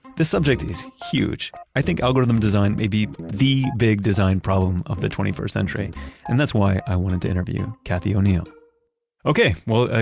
this subject is huge. i think algorithm design may be the big design problem of the twenty first century and that's why i wanted to interview cathy o'neil okay. well,